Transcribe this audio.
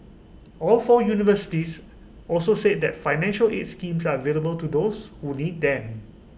all four universities also said that financial aid schemes are available to those who need them